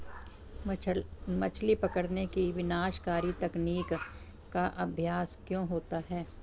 मछली पकड़ने की विनाशकारी तकनीक का अभ्यास क्यों होता है?